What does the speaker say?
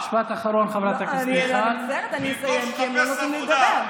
משפט אחרון, חברת הכנסת מיכל.